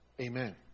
Amen